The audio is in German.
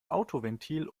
autoventil